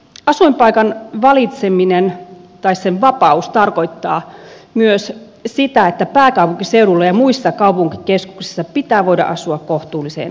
asuinpaikan valitseminen tai sen vapaus tarkoittaa myös sitä että pääkaupunkiseudulla ja muissa kaupunkikeskuksissa pitää voida asua kohtuulliseen hintaan